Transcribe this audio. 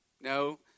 No